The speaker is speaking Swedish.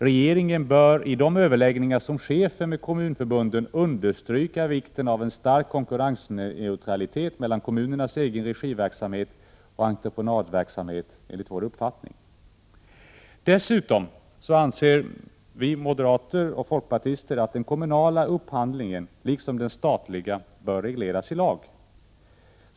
Regeringen bör enligt vår uppfattning i de överläggningar som sker med kommunförbunden understryka vikten av en stark konkurrensneutralitet mellan kommunernas egenregiverksamhet och entreprenadverksamhet. Dessutom anser vi moderater och folkpartister att den kommunala upphandlingen bör, liksom den statliga, regleras i lag.